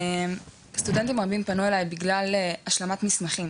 סטודנטית רבים פנו אליי בגלל השלמת מסמכים